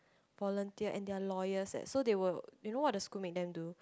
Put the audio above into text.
volunteer and they are lawyers leh so they will you know what the school made them do